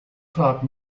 clerk